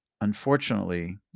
Unfortunately